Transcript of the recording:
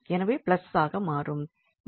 எனவே பிளஸ் ஆக மாறும்